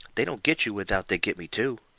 they don't get you without they get me, too.